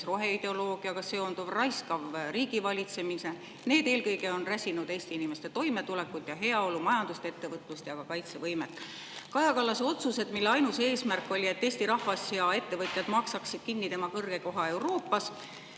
roheideoloogiaga seonduv, raiskav riigivalitsemine. Need on eelkõige räsinud Eesti inimeste toimetulekut ja heaolu, majandust, ettevõtlust ja ka kaitsevõimet. Kaja Kallase otsused, mille ainus eesmärk oli, et Eesti rahvas ja ettevõtjad maksaksid kinni tema kõrge koha Euroopas,